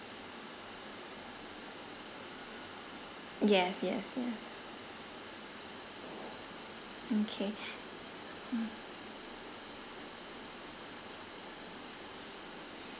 yes yes yes mm K mm